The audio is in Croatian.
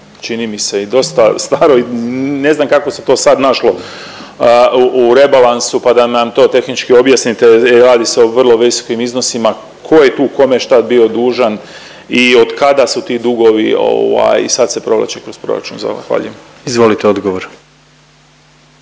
čini mi se, dosta staro i ne znam kako se to sad našlo u rebalansu, pa da nam to tehnički objasnite. Radi se o vrlo visokim iznosima. Tko je tu kome šta bio dužan i od kada su ti dugovi i sad se provlači kroz proračun. Zahvaljujem.